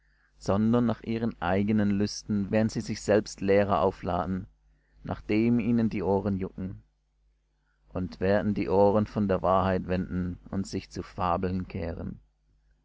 sondern nach ihren eigenen lüsten werden sie sich selbst lehrer aufladen nach dem ihnen die ohren jucken und werden die ohren von der wahrheit wenden und sich zu fabeln kehren